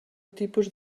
tipus